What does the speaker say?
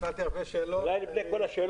אולי לפני כן,